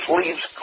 leaves